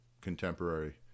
contemporary